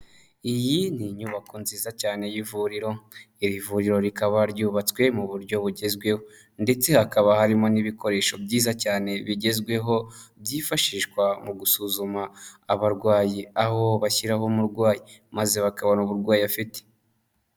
Iyi ni inyubako nziza cyane y'ivuriro, iri vuriro rikaba ryubatswe mu buryo bugezweho, ndetse hakaba harimo n'ibikoresho byiza cyane bigezweho byifashishwa mu gusuzuma abarwayi, aho bashyiraho umurwayi maze bakabona uburwayi afite.